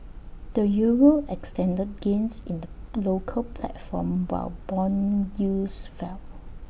the euro extended gains in the local platform while Bond yields fell